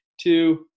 Two